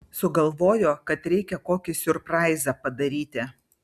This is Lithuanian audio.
sugalvojo kad reikia kokį siurpraizą padaryti